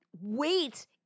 wait